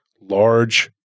large